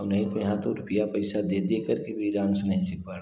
और नहीं तो यहाँ तो रुपया पैसा दे दे करके भी डांस नहीं सीख पा रहे हैं